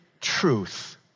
truth